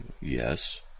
Yes